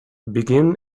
begin